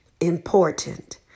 important